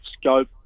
scope